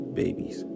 babies